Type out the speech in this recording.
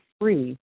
free